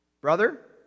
brother